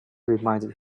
reminded